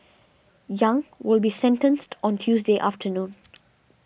Yang will be sentenced on Tuesday afternoon